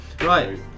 right